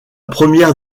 première